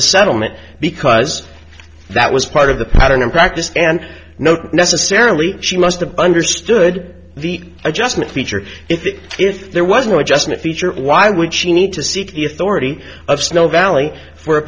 the settlement because that was part of the pattern in practice and not necessarily she must have understood the adjustment feature if the if there was no adjustment feature why would she need to seek the authority of snow valley for a